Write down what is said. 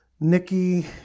Nikki